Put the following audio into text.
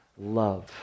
love